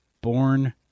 Born